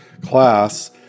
class